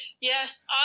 Yes